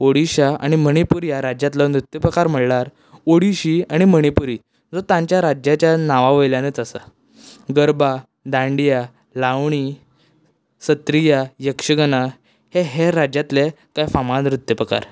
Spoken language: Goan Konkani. ओडीशा आनी मणीपूर ह्या राज्यांतलो नृत्य पकार म्हळ्यार ओडीशी आनी मणीपुरी ह्यो तांच्या राज्याच्या नांवा वयल्यानूच आसा गरबा दांडिया लावणी सत्रिया यक्षगाना हे हेर राज्यातले कांय फामाद नृत्य पकार